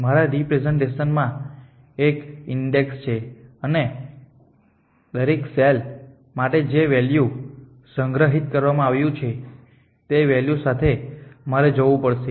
મારા રિપ્રેઝન્ટેશનમાં એક ઈન્ડેક્સ છે અને દરેક સેલ માટે જે વૅલ્યુ સંગ્રહિત કરવામાં આવ્યું છે તે વૅલ્યુ સાથે મારે જવું પડશે